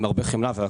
עם הרבה חמלה.